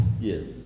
Yes